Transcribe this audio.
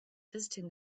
visiting